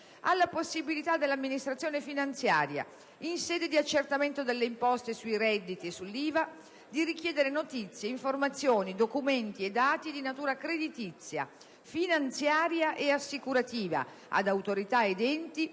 alla possibilità dell'amministrazione finanziaria, in sede di accertamento delle imposte sui redditi e sull'IVA, di richiedere notizie, informazioni, documenti e dati di natura creditizia, finanziaria ed assicurativa ad autorità ed enti